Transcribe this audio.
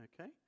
okay